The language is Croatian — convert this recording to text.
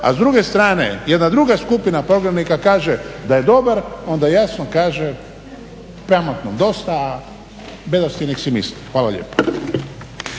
a s druge strane jedna druga skupina prognanika kaže da je dobar onda jasno kaže pametnom dosta, a bedasti nek si misli. Hvala lijepa.